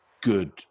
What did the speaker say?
good